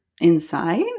inside